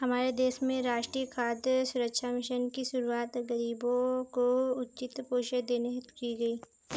हमारे देश में राष्ट्रीय खाद्य सुरक्षा मिशन की शुरुआत गरीबों को उचित पोषण देने हेतु की गई